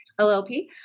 LLP